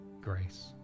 grace